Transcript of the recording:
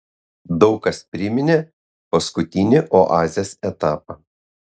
daug kas priminė paskutinį oazės etapą